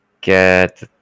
get